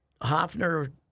Hoffner